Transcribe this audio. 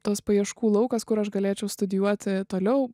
tas paieškų laukas kur aš galėčiau studijuoti toliau